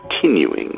continuing